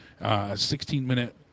16-minute